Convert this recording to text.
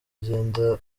agenda